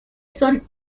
son